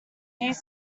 ears